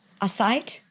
aside